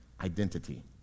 identity